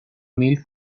mil